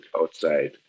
outside